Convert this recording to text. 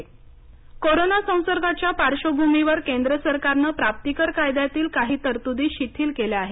प्राप्तीकर कोरोना संसर्गाच्या पार्श्वभूमीवर केंद्र सरकारने प्राप्तीकर कायद्यातील काही तरतूदी शिथिल केल्या आहेत